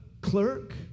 clerk